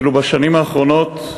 ואילו בשנים האחרונות,